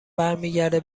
برمیگرده